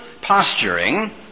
posturing